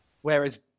Whereas